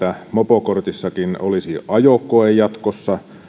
hahmotelma että mopokortissakin olisi ajokoe jatkossa